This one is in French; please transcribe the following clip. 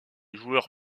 joueur